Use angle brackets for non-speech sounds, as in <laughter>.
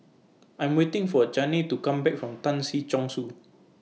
I'm waiting For Chaney to Come Back <noise> from Tan Si Chong Su